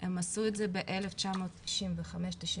הם עשו ב- 1995-97,